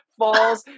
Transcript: falls